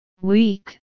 Weak